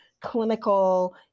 clinical